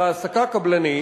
של העסקה קבלנית,